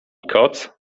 koc